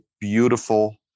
beautiful